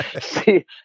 see